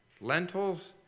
Lentils